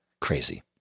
Crazy